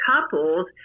couples